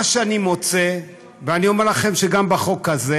מה שאני מוצא, ואני אומר לכם שגם בחוק הזה,